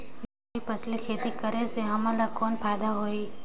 दुई फसली खेती करे से हमन ला कौन फायदा होही?